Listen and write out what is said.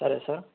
సరే సార్